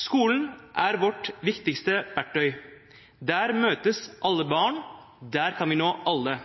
Skolen er vårt viktigste verktøy. Der møtes alle barn, der kan vi nå alle.